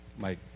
Mike